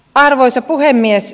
arvoisa puhemies